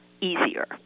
easier